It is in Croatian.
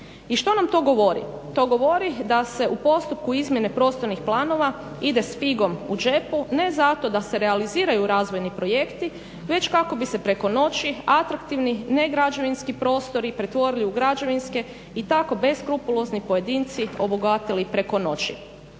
I što nam to govori? To govori da se u postupku izmjene prostornih planova ide s figom u džepu ne zato da se realiziraju razvojni projekti već kako bi se preko noći atraktivni negrađevinski prostori pretvorili u građevinske i tako beskrupulozni pojedinci obogatili preko noći.